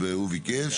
והוא ביקש